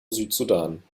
südsudan